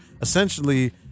essentially